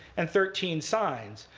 and thirteen signs.